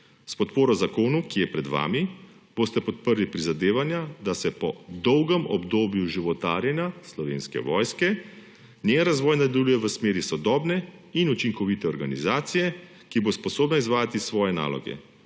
S podporo zakonu, ki je pred vami, boste podprli prizadevanja, da se po dolgem obdobju životarjenja Slovenske vojske njen razvoj nadaljuje v smeri sodobne in učinkovite organizacije, ki bo sposobna izvajati svoje naloge,